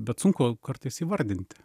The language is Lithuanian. bet sunku kartais įvardinti